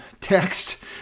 text